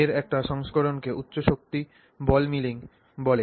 এর একটি সংস্করণকে উচ্চ শক্তি বল মিলিং বলে